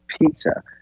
pizza